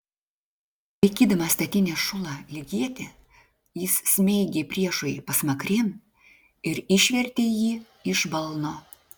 laikydamas statinės šulą lyg ietį jis smeigė priešui pasmakrėn ir išvertė jį iš balno